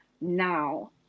now